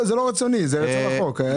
זה לא רצוני, זה רצון החוק...